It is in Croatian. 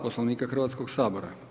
Poslovnika Hrvatskog sabora.